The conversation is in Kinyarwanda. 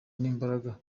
n’imbaraga